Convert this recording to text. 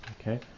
Okay